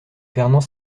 fernand